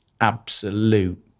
absolute